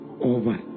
over